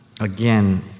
again